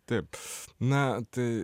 taip na tai